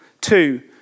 Two